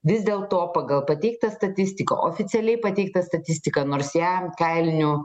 vis dėlto pagal pateiktą statistiką oficialiai pateiktą statistiką nors ją kailinių